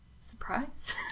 surprise